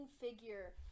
figure